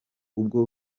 ubwo